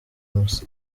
masa